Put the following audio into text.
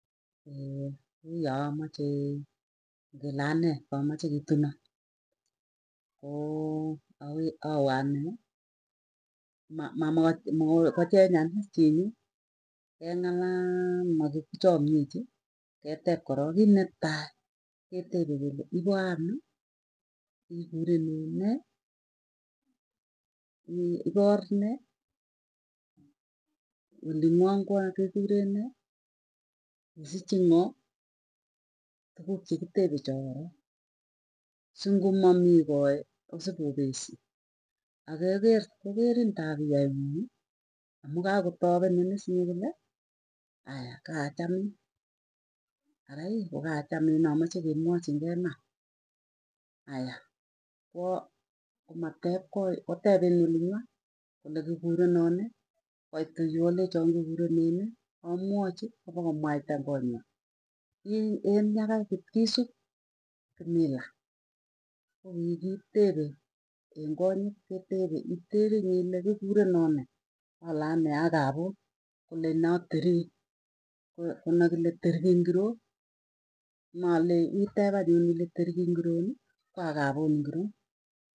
kouyoo amachee ngelee anee kameche kituno. Koo awee anee ma ma mako makokochenyan iss chinyuu keng'alaal makichomyechi ketep korok kiit netai ketepe kele ipaano, kikurenen nee, ipoo orr nee? Olingwang koan kekuree nee, kisichin ng'oo, tukuk chekitepe choo korok, singomamii koee kosipopesie. Akokerin tabieng'uun ii amuu kakotapenin issee kole ayaa kaachamin arai kokachamin amache kemwachingei iman, ayah kwaa komatep koi kotep en oling'wai kole kikurenoo nee koit olii kolechon kikurenen nee amwachi kopokomwaita eng konwai. En yakai kotkesup kimila kokikitepe eng konyit ketepee itepee inyee ile kikurenoo nee? Alee anee akapon kolee inee aateriki konekile terikin kiroi komalei itep anyun ile tiriki ingironii koakapoon ingiron?